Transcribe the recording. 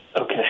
Okay